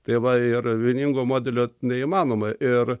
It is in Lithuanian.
tai va ir vieningo modelio neįmanoma ir